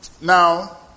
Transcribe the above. Now